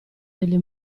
delle